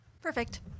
Perfect